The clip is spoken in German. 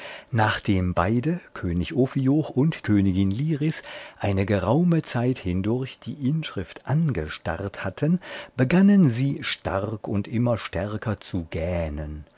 nachdem beide könig ophioch und königin liris eine geraume zeit hindurch die inschrift angestarrt hatten begannen sie stark und immer stärker zu gähnen